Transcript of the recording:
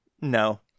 No